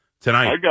tonight